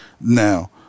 Now